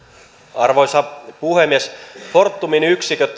arvoisa puhemies fortumin yksiköt